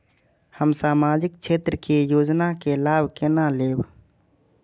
हम सामाजिक क्षेत्र के योजना के लाभ केना लेब?